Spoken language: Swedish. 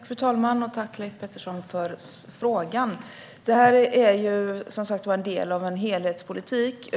Fru talman! Jag tackar Leif Pettersson för frågan. Detta är en del av en helhetspolitik.